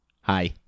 Hi